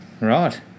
Right